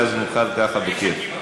ואז נוכל ככה בכיף.